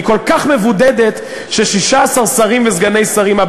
היא כל כך מבודדת ש-16 שרים וסגני שרים,